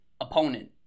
opponent